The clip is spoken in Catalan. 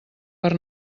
per